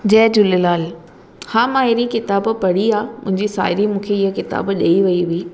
जय झूलेलाल हा मां अहिड़ी किताबु पढ़ी आहे मुंहिंजी साहिड़ी इहे किताब मूंखे ॾेई वेई हुई